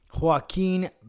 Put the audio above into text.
joaquin